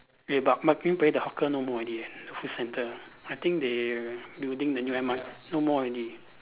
eh but Marine Parade the hawker no more already eh hawker cente I think they building the new M_R_T no more already